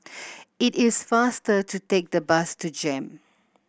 it is faster to take the bus to JEM